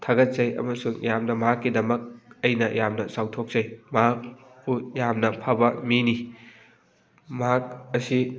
ꯊꯥꯒꯠꯆꯩ ꯑꯃꯁꯨꯡ ꯌꯥꯝꯅ ꯃꯍꯥꯛꯀꯤꯗꯃꯛ ꯑꯩꯅ ꯌꯥꯝꯅ ꯆꯥꯎꯊꯣꯛꯆꯩ ꯃꯍꯥꯛ ꯄꯨ ꯌꯥꯝꯅ ꯐꯕ ꯃꯤꯅꯤ ꯃꯍꯥꯛ ꯑꯁꯤ